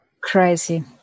Crazy